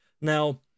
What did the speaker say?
Now